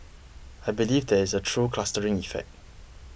I believe there is a true clustering effect